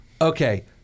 Okay